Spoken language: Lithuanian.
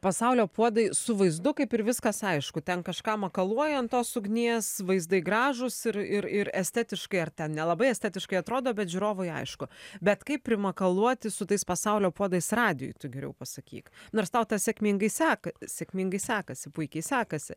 pasaulio puodai su vaizdu kaip ir viskas aišku ten kažką makaluoji ant tos ugnies vaizdai gražūs ir ir ir estetiškai ar ten nelabai estetiškai atrodo bet žiūrovui aišku bet kaip primakaluoti su tais pasaulio puodais radijuj tu geriau pasakyk nors tau tas sėkmingai seka sėkmingai sekasi puikiai sekasi